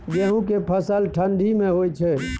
गेहूं के फसल ठंडी मे होय छै?